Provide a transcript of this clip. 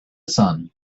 sun